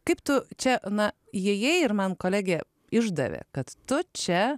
kaip tu čia na jei ir man kolegė išdavė kad tu čia